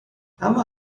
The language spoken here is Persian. اما